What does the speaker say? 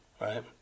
Right